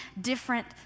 different